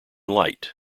light